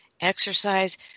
exercise